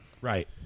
Right